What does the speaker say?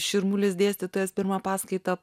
širmulis dėstytojas pirmą paskaitą